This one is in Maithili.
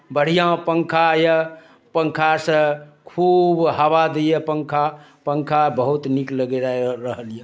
बढ़िआँ पङ्खा यए पङ्खा से खूब हवा दैए पङ्खा पङ्खा बहुत नीक लागइ र रहल यए